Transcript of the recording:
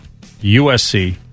USC